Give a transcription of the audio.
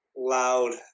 Loud